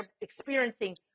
experiencing